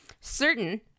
Certain